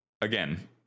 again